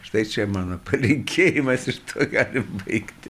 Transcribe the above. štai čia mano palinkėjimas iš ką veikti